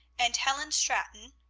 and helen stratton,